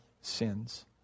sins